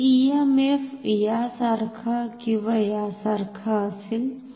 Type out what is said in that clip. तर इएमएफ यासारखा किंवा यासारखा असेल